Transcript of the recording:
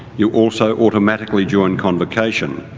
you also automatically join convocation,